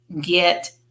get